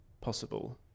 possible